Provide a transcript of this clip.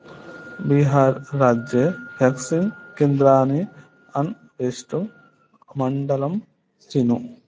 बिहार्राज्ये vaccine केन्द्राणि अन्वेष्टुं मण्डलं चिनु